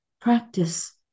practice